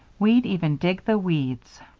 we'd even dig the weeds.